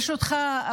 ברשותך,